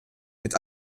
mit